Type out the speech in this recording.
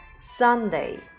Sunday